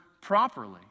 properly